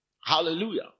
Hallelujah